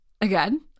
again